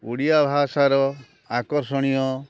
ଓଡିଆ ଭାଷାର ଆକର୍ଷଣୀୟ